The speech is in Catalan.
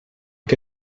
que